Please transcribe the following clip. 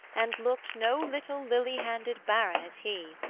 and looked no little lily-handed baronet he,